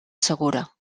segura